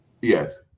Yes